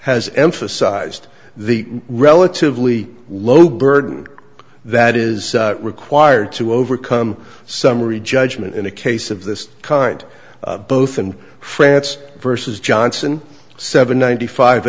has emphasised the relatively low burden that is required to overcome summary judgement in a case of this kind both and france versus johnson seven ninety five